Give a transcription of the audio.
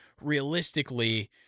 realistically